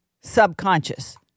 subconscious